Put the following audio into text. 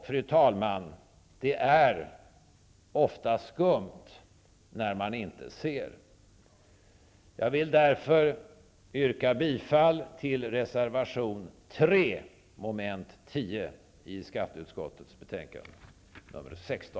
Fru talman! Det är ofta skumt när man inte ser. Jag vill därför yrka bifall till reservation 3 vid mom. 10